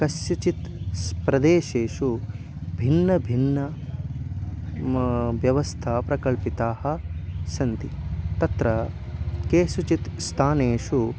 केषुचित् प्रदेशेषु भिन्ना भिन्ना मा व्यवस्था प्रकल्पिताा सन्ति तत्र केषुचित् स्थानेषु